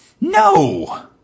No